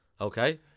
Okay